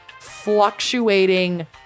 fluctuating